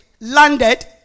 landed